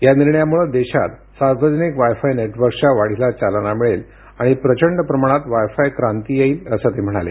या निर्णयामुळे देशात सार्वजनिक वाय फाय नेटवर्क्सच्या वाढीला चालना मिळेल आणि प्रचंड प्रमाणात वाय फाय क्रांती येईल असं ते म्हणाले